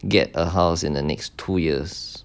get a house in the next two years